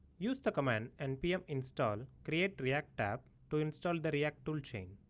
use the command npm install create-react-app to install the react toolchain.